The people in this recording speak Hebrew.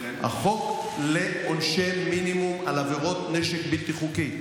החוק לעונשי מינימום על עבירות נשק בלתי חוקי,